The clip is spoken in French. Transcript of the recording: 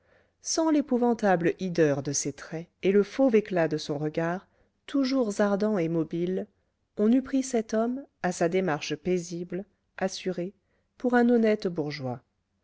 sans l'épouvantable hideur de ses traits et le fauve éclat de son regard toujours ardent et mobile on eût pris cet homme à sa démarche paisible assurée pour un honnête bourgeois